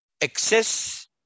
excess